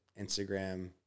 Instagram